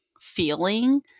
feeling